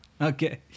Okay